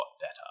better